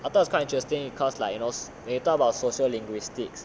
I thought it's quite interesting cause like you know when you talk about social linguistics